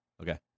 okay